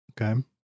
okay